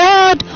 God